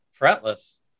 Fretless